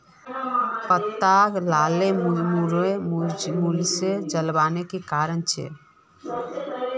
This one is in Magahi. पत्ता लार मुरझे जवार की कारण छे?